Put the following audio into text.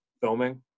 filming